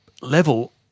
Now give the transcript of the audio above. level